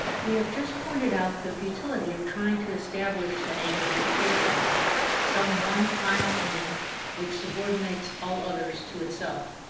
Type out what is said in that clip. we have just pointed out the futility of trying to establish the aim of education some one final aim which subordinates all others to itself.